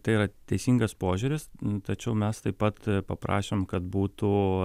tai yra teisingas požiūris tačiau mes taip pat paprašėm kad būtų